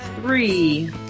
three